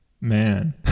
Man